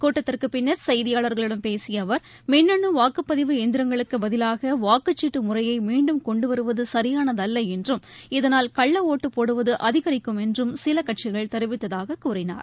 கூட்டத்திற்குப் பின்னர் செய்தியாளர்களிடம் பேசிய அவர் மின்னனு வாக்குப்பதிவு எந்திரங்களுக்குப் பதிவாக வாக்குச்சீட்டு முறையை மீண்டும் கொண்டுவருவது சியானதல்ல என்றும் இதனால் கள்ள ஒட்டுப் போடுவது அதிகரிக்கும் என்று சில கட்சிகள் தெரிவித்ததாகக் கூறினார்